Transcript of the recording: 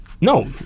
no